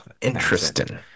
Interesting